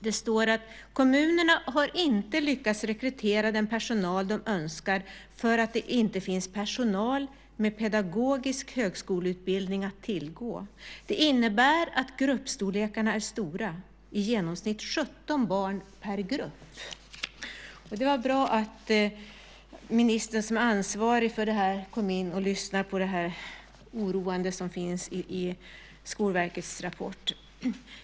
Det står att kommunerna inte har lyckats rekrytera den personal de önskar för att det inte finns personal med pedagogisk högskoleutbildning att tillgå. Det innebär att gruppstorlekarna är stora - i genomsnitt 17 barn per grupp. Det är bra att den minister som är ansvarig för detta kommer och lyssnar på det oroande som står i Skolverkets rapport.